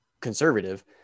conservative